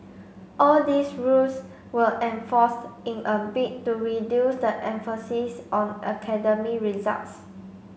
all these rules were enforced in a bid to reduce the emphasis on academic results